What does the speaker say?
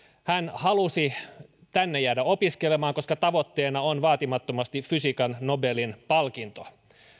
hän halusi jäädä tänne opiskelemaan koska tavoitteena on vaatimattomasti fysiikan nobelin palkinto